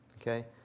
Okay